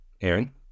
Aaron